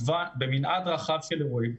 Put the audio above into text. מתמודדת במנעד רחב של אירועים.